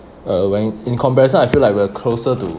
uh when in comparison I feel like we are closer to